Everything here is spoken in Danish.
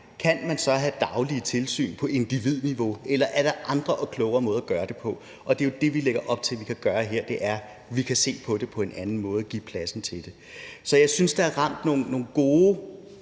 Kan man så have daglige tilsyn på individniveau? Eller er der andre og klogere måder at gøre det på? Og det er jo det, vi lægger op til at vi kan gøre her, nemlig at vi kan se på det på en anden måde og give plads til det. Så jeg synes, at der er ramt nogle gode